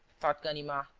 thought ganimard,